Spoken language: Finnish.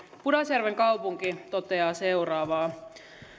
pudasjärven kaupunki toteaa seuraavaa